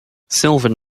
sylvan